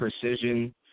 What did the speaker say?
precision